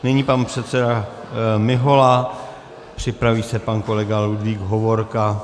Nyní pan předseda Mihola, připraví se pan kolega Ludvík Hovorka.